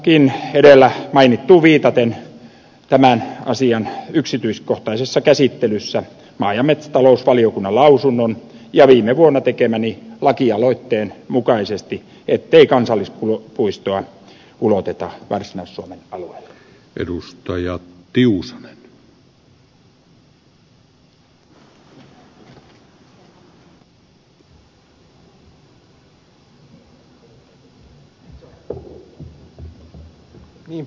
ehdotankin edellä mainittuun viitaten tämän asian yksityiskohtaisessa käsittelyssä maa ja metsätalousvaliokunnan lausunnon ja viime vuonna tekemäni lakialoitteen mukaisesti ettei kansallispuistoa uloteta varsinais suomen alueelle